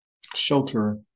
shelter